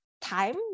time